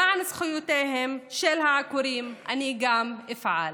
למען זכויותיהם של העקורים אני אפעל.